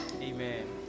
Amen